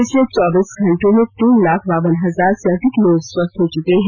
पिछले चौबीस घंटों में तीन लाख बावन हजार से अधिक लोग स्वस्थ हो चुके हैं